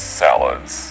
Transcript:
salads